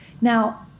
Now